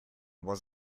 was